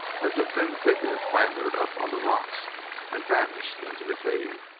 as the thin figure clambered up on the rocks and vanished into the cave.